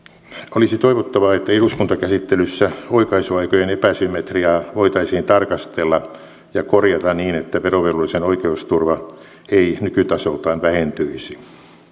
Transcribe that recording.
olisi toivottavaa että eduskuntakäsittelyssä oikaisuaikojen epäsymmetriaa voitaisiin tarkastella ja korjata niin että verovelvollisen oikeusturva ei nykytasoltaan vähentyisi